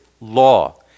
law